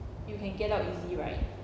you can get out easy right